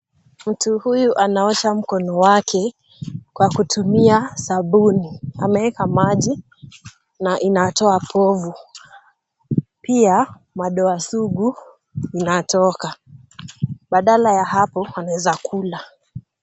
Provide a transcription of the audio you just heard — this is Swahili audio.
Mtu huyu anaosha mkono wake kwa kutumia sabuni, ameweka maji na inatoa povu, pia madoa sugu inatoka, badala ya hapo anaweza kula.